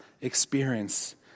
experience